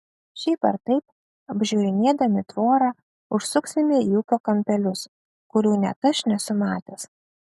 šiaip ar taip apžiūrinėdami tvorą užsuksime į ūkio kampelius kurių net aš nesu matęs